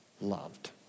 loved